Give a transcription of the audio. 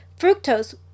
Fructose